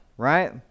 right